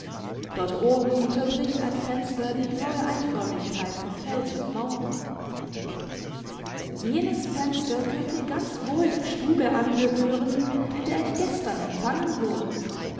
dort oben unterbricht ein fenster die graue einförmigkeit von fels und mauer jenes fenster könnte ganz wohl der stube angehören in der ich gestern empfangen wurde